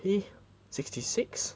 he sixty six